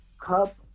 Cup